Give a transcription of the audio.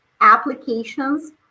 applications